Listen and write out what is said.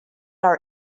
our